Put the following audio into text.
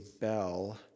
bell